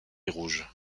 rouge